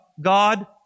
God